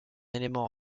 élément